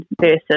versus